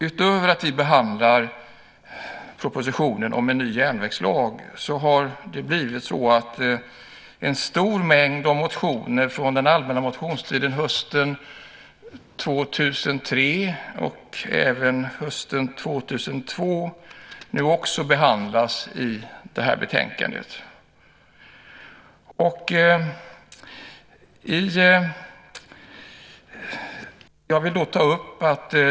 Utöver att vi behandlar propositionen om en ny järnvägslag har det blivit så att en stor mängd motioner från allmänna motionstiden hösten 2003 och även hösten 2002 nu också behandlas i betänkandet.